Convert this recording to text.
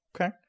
Okay